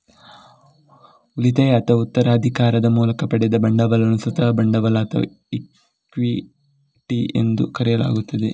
ಉಳಿತಾಯ ಅಥವಾ ಉತ್ತರಾಧಿಕಾರದ ಮೂಲಕ ಪಡೆದ ಬಂಡವಾಳವನ್ನು ಸ್ವಂತ ಬಂಡವಾಳ ಅಥವಾ ಇಕ್ವಿಟಿ ಎಂದು ಕರೆಯಲಾಗುತ್ತದೆ